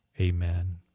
Amen